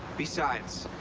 besides,